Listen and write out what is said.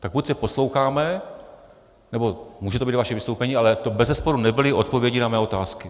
Tak buď se posloucháme nebo může to být vaše vystoupení, ale to bezesporu nebyly odpovědi na mé otázky.